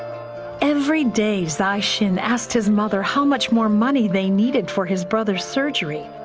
every day zai zin asked his mother how much more money they needed for his brother's surgery.